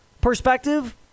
perspective